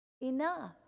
enough